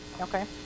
Okay